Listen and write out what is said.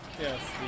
Yes